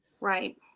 Right